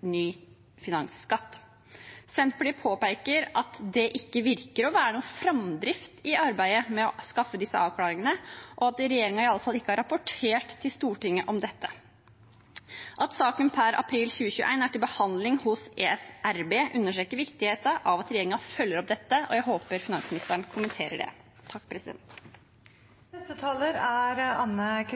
ny finansskatt. Senterpartiet påpeker at det ikke synes å være noen framdrift i arbeidet med å skaffe disse avklaringene, og at regjeringen i alle fall ikke har rapportert til Stortinget om dette. At saken per april 2021 er til behandling hos ESRB, understreker viktigheten av at regjeringen følger opp dette, og jeg håper finansministeren kommenterer det. At høy gjeld i husholdningene og